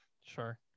Sure